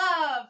love